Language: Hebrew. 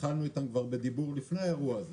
התחלנו איתם בדיבור עוד לפני האירוע הזה,